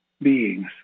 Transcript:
beings